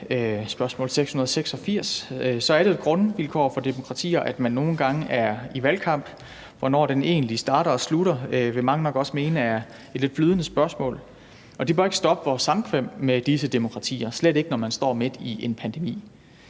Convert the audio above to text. spørgsmål 686, er det jo et grundvilkår for demokratier, at man nogle gange er i valgkamp. Hvornår den egentlig starter og slutter, vil mange nok mene er et lidt flydende spørgsmål. Og det bør ikke stoppe vores samkvem med disse demokratier, slet ikke når man står midt i en pandemi.